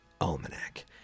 Almanac